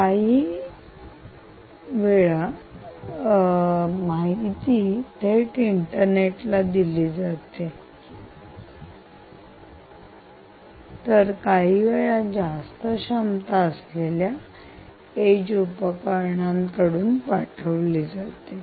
आता काहीवेळा माहिती थेट इंटरनेटला दिली जाते तर काहीवेळा जास्त क्षमता असलेल्या एज उपकरणांकडून पाठवली जाते